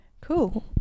Cool